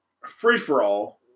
free-for-all